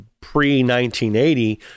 pre-1980